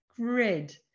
grid